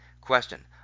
Question